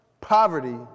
poverty